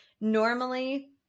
Normally